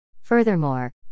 Furthermore